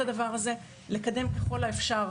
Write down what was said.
ככל האפשר,